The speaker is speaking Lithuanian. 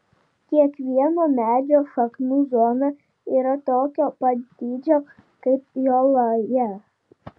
kiekvieno medžio šaknų zona yra tokio pat dydžio kaip jo laja